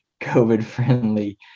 COVID-friendly